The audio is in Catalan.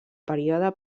període